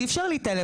אי אפשר להתעלם.